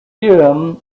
urim